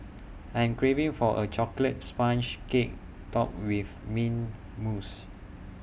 I am craving for A Chocolate Sponge Cake Topped with Mint Mousse